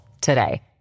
today